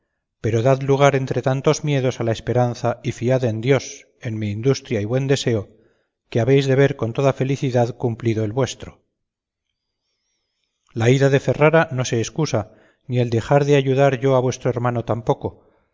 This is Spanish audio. pero dad lugar entre tantos miedos a la esperanza y fiad en dios en mi industria y buen deseo que habéis de ver con toda felicidad cumplido el vuestro la ida de ferrara no se escusa ni el dejar de ayudar yo a vuestro hermano tampoco